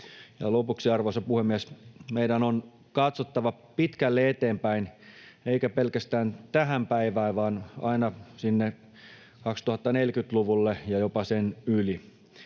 lopuksi, arvoisa puhemies! Meidän on katsottava pitkälle eteenpäin, eikä pelkästään tähän päivään, vaan aina sinne 2040-luvulle ja jopa sen yli.